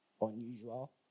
unusual